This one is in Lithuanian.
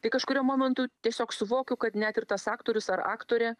tai kažkuriuo momentu tiesiog suvokiu kad net ir tas aktorius ar aktorė